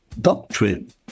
doctrine